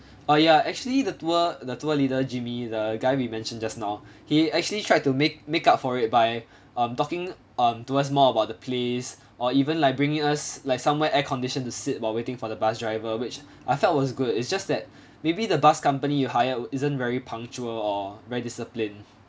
ah ya actually the tour the tour leader jimmy the guy we mentioned just now he actually tried to make make up for it by um talking um to us more about the place or even like bringing us like somewhere air condition to sit while waiting for the bus driver which I felt was good it's just that maybe the bus company you hire isn't very punctual or very discipline